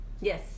Yes